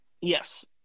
Yes